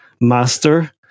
master